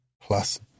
plus